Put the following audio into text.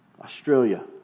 Australia